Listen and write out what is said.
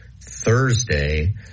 Thursday